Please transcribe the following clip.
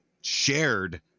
shared